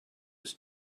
was